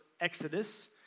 Exodus